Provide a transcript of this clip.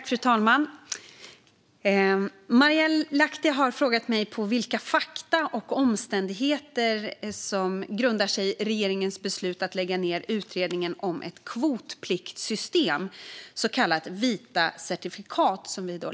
Fru talman! Marielle Lahti har frågat mig på vilka fakta och omständigheter regeringens beslut att i förtid lägga ned utredningen om ett kvotpliktssystem, så kallade vita certifikat, grundar sig.